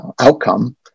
outcome